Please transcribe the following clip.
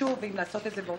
טוב, שבעה